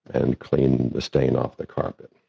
and clean the stain off the carpet.